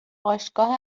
باشگاه